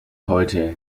heute